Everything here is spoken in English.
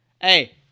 Hey